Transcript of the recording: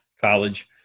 College